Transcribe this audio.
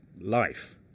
life